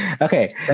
okay